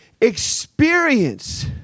experience